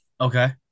Okay